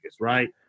right